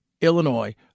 Illinois